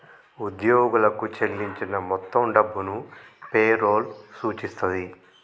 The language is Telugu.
ఉద్యోగులకు చెల్లించిన మొత్తం డబ్బును పే రోల్ సూచిస్తది